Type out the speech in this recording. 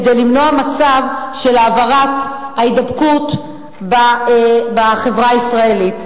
כדי למנוע מצב של העברת ההידבקות בחברה הישראלית.